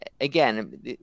again